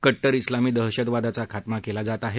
कट्टर इस्लामी दहशतवादाचा खात्मा केला जात आहे